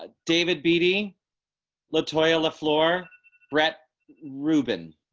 ah david beatty latoya floor brett ruben